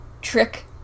trick